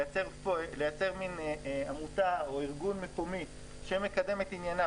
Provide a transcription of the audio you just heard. לייצר מן עמותה או ארגון מקומי שמקדם את ענייניו,